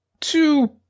two